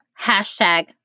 hashtag